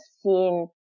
seen